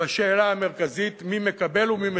בשאלה המרכזית מי מקבל ומי משלם.